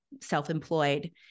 self-employed